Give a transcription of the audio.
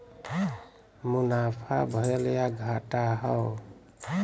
मुनाफा भयल या घाटा हौ